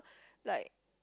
like